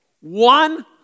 One